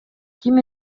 ким